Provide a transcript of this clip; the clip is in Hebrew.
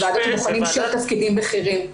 בוועדת הבוחנים שני תפקידים בכירים.